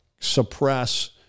suppress